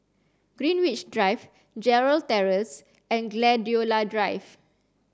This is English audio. Greenwich Drive Gerald Terrace and Gladiola Drive